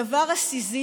את הדבר הסיזיפי,